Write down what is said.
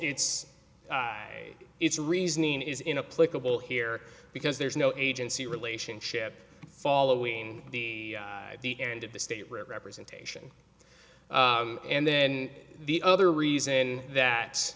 way its reasoning is in a political here because there is no agency relationship following the the end of the state representation and then the other reason that